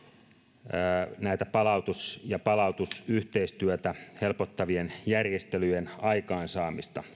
sanoo myös näitä palautusyhteistyötä helpottavien järjestelyjen aikaansaamista